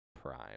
prime